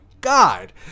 God